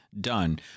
done